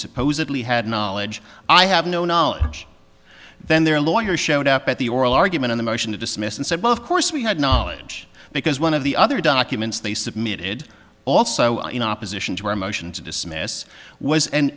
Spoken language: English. supposedly had knowledge i have no knowledge then their lawyer showed up at the oral argument on the motion to dismiss and said well of course we had knowledge because one of the other documents they submitted also in opposition to our motion to dismiss was an